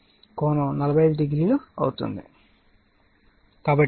కాబట్టి ఇది I1 0